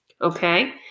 Okay